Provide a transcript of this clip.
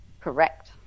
Correct